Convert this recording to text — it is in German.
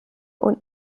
und